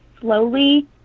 slowly